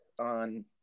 on